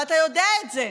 ואתה יודע את זה.